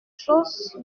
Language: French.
chose